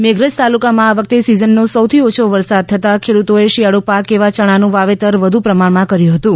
મેઘરજ તાલુકામાં આ વખતે સિઝનનો સૌથી ઓછા વરસાદ થતાં ખેડૂતોએ શિયાળુ પાક એવા ચણાનું વાવેતર વધુ પ્રમાણમાં કર્યું હતું